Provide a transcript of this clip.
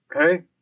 Okay